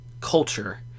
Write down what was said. culture